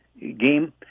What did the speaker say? game